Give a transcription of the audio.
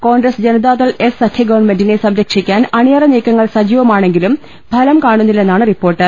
Congress Janata Dal S സഖ്യഗവൺമെന്റിനെ സംര ക്ഷിക്കാൻ അണിയറനീക്കങ്ങൾ സജീവമാണെങ്കിലും ഫലം കാണുന്നില്ലെന്നാണ് റിപ്പോർട്ട്